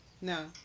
no